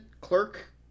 clerk